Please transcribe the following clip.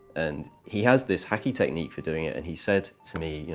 and he has this hacking technique for doing it. and he said to me, you know,